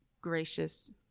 gracious